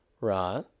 Right